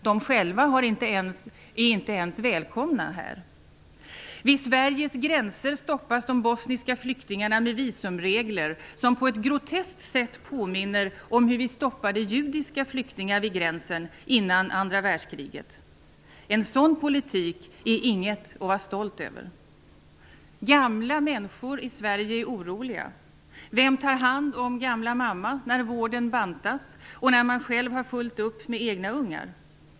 De själva är inte ens välkomna. Vid Sveriges gränser stoppas de bosniska flyktingarna med visumregler. Det påminner på ett groteskt sätt om hur vi stoppade judiska flyktingar vid gränsen före andra världskriget. En sådan politik är inget att vara stolt över. Gamla människor i Sverige är oroliga. Vem tar hand om gamla mamma när vården bantas och man själv har fullt upp med egna ungar?